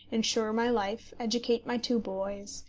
insure my life, educate my two boys,